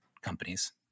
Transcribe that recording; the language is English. companies